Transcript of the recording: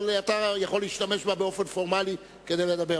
אבל אתה יכול להשתמש בה באופן פורמלי כדי לדבר.